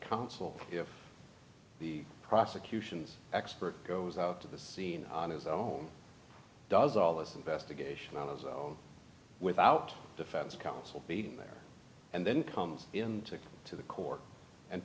counsel if the prosecution's expert goes out to the scene on his own does all this investigation on his own without defense counsel be there and then comes in to the court and